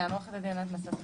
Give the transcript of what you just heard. פה סעיף